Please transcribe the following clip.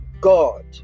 god